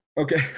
Okay